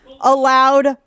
allowed